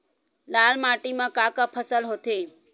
लाल माटी म का का फसल होथे?